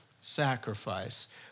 sacrifice